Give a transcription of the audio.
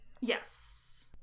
Yes